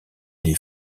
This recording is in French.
les